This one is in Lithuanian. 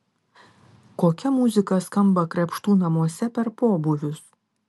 kokia muzika skamba krėpštų namuose per pobūvius